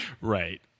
right